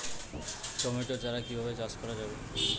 Tomato চারা কিভাবে চাষ করা যাবে?